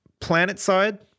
Planetside